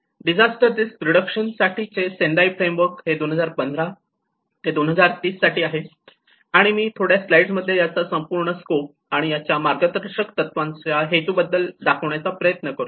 disaster risk reduction साठी चे Sendai framework हे 2015 ते 2030 साठी आहे आणि मी थोड्या स्लाईड मध्ये याचा संपूर्ण स्कोप आणि याच्या मार्गदर्शक तत्त्वांच्या हेतूबद्दल दाखवण्याचा प्रयत्न करतो